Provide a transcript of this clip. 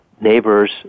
neighbors